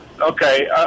Okay